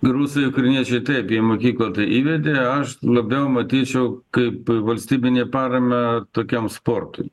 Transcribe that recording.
rusai ukrainiečiai taip jie mokyklą tai įvedė aš labiau matyčiau kaip valstybinė paramą tokiam sportui